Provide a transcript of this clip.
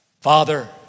Father